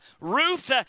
Ruth